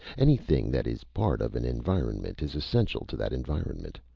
anything that is part of an environment is essential to that environment.